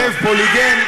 רוצח, שב, פוליגם,